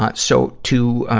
but so, to, ah,